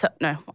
No